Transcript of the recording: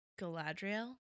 Galadriel